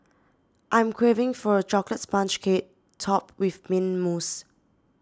I am craving for a Chocolate Sponge Cake Topped with Mint Mousse